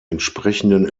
entsprechenden